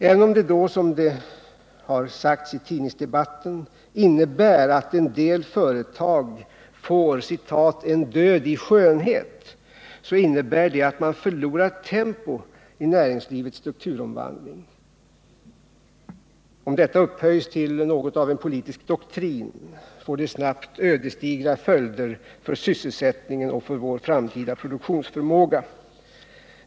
Även om det, som det har sagts i tidningsdebatten, betyder att en del företag får ”en död i skönhet”, så innebär det att man förlorar tempo i näringslivets strukturomvandling, vilket om det upphöjs till något av en politisk doktrin snabbt får ödesdigra följder för sysselsättningen och för vår framtida produktionsförmåga.